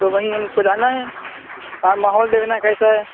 تو وہیں ہم کو جانا ہے وہاں ماحول دیکھنا ہے کیسا ہے